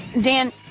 Dan